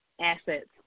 assets